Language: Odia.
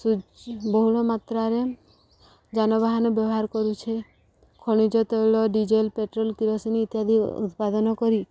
ସୂ ବହୁଳ ମାତ୍ରାରେ ଯାନବାହାନ ବ୍ୟବହାର କରୁଛେ ଖଣିଜ ତୈଳ ଡିଜେଲ ପେଟ୍ରୋଲ କିରୋସିନୀ ଇତ୍ୟାଦି ଉତ୍ପାଦନ କରି